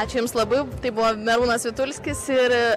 ačiū jums labai tai buvo merūnas vitulskis ir